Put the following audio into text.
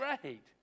great